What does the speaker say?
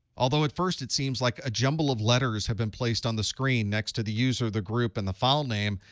although at first it seems like a jumble of letters have been placed on the screen next to the user, the group, and the file name,